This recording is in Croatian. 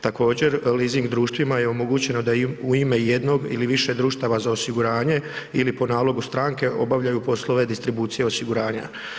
Također leasing društvima je omogućeno da u ime jednog ili više društava za osiguranje ili po nalogu stranke obavljaju poslove distribucije osiguranja.